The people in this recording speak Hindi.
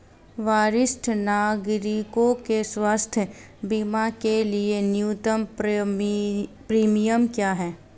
वरिष्ठ नागरिकों के स्वास्थ्य बीमा के लिए न्यूनतम प्रीमियम क्या है?